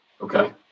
Okay